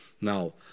Now